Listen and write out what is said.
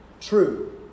True